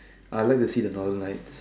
I like to see the Northern-Lights